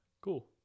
Cool